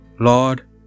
Lord